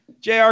JR